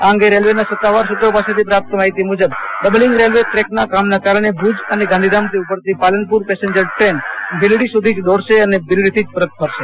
આ અંગે રેલ્વેના સતાવાર સત્રો પાસેથી પ્રાપ્ત માહિતી મુજબ ડબર્લીંગ રેલ્વે ટ્રેકના કામના કારણે ભુજ અને ગાંધીધામથી ઉપડતી પાલનપર પેસેન્જર ટન ભીલડી સધી ન દોડશે અન ભીલડીથી જ પરત ફરશે